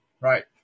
right